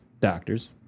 doctors